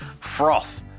froth